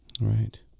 right